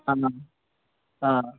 ఆ